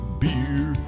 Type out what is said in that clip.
beer